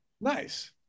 Nice